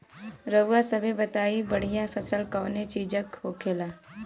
रउआ सभे बताई बढ़ियां फसल कवने चीज़क होखेला?